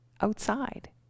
outside